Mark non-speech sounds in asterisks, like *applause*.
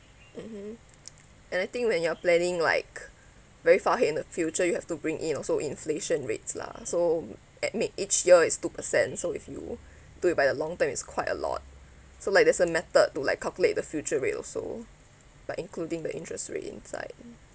mmhmm everything when you are planning like very far ahead in the future you have to bring in also inflation rates lah so at min each year is two percent so if you *breath* do it by a long term it's quite a lot so like there's a method to like calculate the future rate also but including the interest rate inside